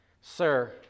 Sir